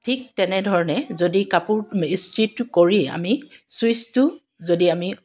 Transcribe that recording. ঠিক তেনে ধৰণে যদি কাপোৰ ইস্ত্ৰিটো কৰি আমি ছুইচটো যদি আমি